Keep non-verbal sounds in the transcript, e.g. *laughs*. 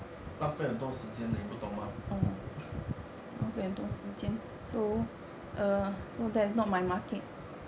浪费很多时间的你不懂吗 *laughs*